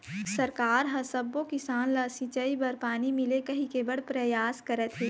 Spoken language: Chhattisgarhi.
सरकार ह सब्बो किसान ल सिंचई बर पानी मिलय कहिके बड़ परयास करत हे